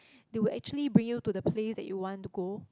they will actually bring you to the place that you want to go